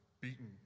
beaten